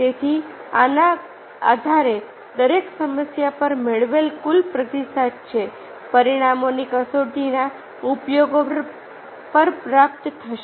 તેથી આના આધારે દરેક સમસ્યા પર મેળવેલ કુલ પ્રતિસાદ જે પરિણામોની કસોટીના ઉપયોગ પર પ્રાપ્ત થશે